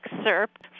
excerpt